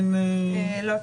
לא.